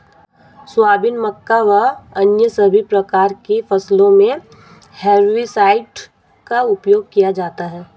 soybean, मक्का व अन्य सभी प्रकार की फसलों मे हेर्बिसाइड का उपयोग किया जाता हैं